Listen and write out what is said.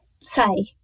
say